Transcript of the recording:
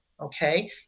okay